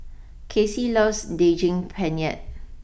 Kassie loves Daging Penyet